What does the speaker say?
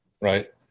Right